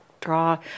Draw